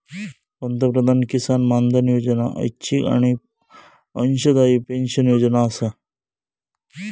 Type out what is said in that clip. पंतप्रधान किसान मानधन योजना ऐच्छिक आणि अंशदायी पेन्शन योजना आसा